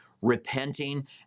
repenting